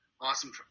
Awesome